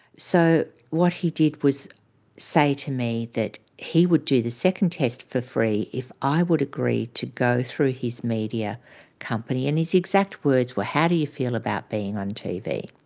so what he did was say to me that he would do the second test for free if i would agree to go through his media company. and his exact words were, how do you feel about being on tv?